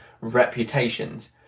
reputations